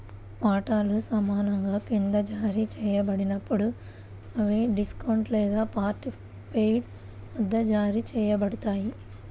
వాటాలు సమానంగా క్రింద జారీ చేయబడినప్పుడు, అవి డిస్కౌంట్ లేదా పార్ట్ పెయిడ్ వద్ద జారీ చేయబడతాయి